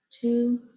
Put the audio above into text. Two